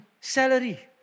salary